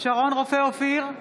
שרון רופא אופיר,